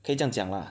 可以这样讲 lah